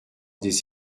des